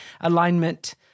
alignment